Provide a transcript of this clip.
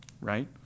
right